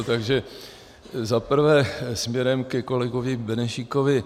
Takže za prvé směrem ke kolegovi Benešíkovi.